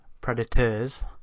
Predators